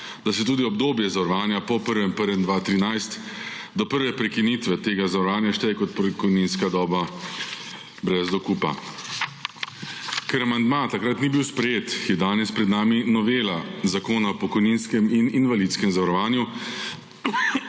da se tudi obdobje zavarovanja po 1. januarjem 2013 do prve prekinitve tega zavarovanja šteje kot pokojninska doba brez dokupa. Ker amandma takrat ni bil sprejet, je danes pred nami novela Zakona o pokojninskem in invalidskem zavarovanju,